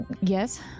yes